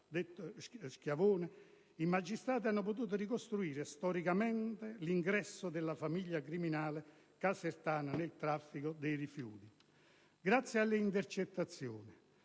Schiavone, i magistrati hanno potuto ricostruire storicamente l'ingresso della famiglia criminale casertana nel traffico dei rifiuti. Grazie alle intercettazioni,